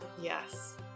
yes